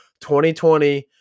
2020